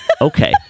Okay